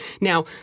Now